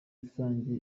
rusange